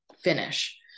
finish